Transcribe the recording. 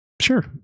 Sure